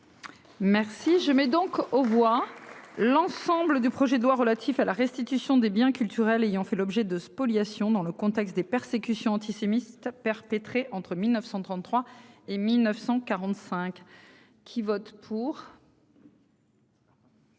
Merci je mets donc aux voix l'ensemble du projet de loi relatif à la restitution des biens culturels ayant fait l'objet de spoliation dans le contexte des persécutions antisémites perpétrés entre 1933 et 1945. Qui vote pour.